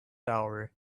hour